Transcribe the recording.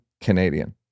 Canadian